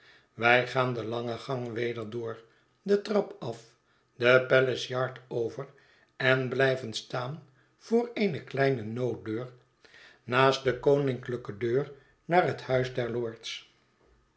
wij gaan den langen gang weder door de trap af de palace yard over en blijven staan voor eene kleine nooddeur naast dekoninklijke deur naar het huis der lords